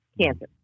cancer